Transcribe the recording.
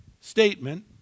statement